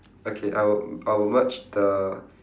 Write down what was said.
okay I wou~ I would merge the